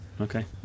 Okay